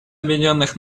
объединенных